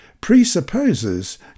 presupposes